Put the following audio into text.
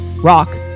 Rock